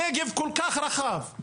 הנגב כל כך רחב,